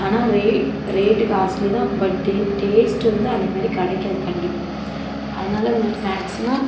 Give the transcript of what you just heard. ஆனால் rate rate costly தான் but taste வந்து அதேமாதிரி கிடைக்காது கண்டிப்பாக அதனால் மேக்ஸிமம்